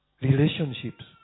Relationships